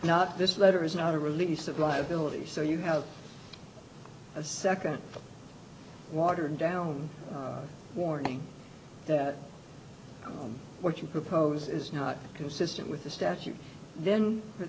not this letter is not a release of liability so you have a nd watered down warning that what you propose is not consistent with the statute then for